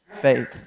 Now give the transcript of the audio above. faith